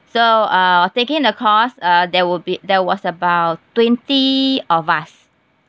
so uh taking the course uh there will be there was about twenty of us